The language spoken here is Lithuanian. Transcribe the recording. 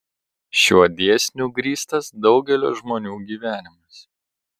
šiuo dėsniu grįstas daugelio žmonių gyvenimas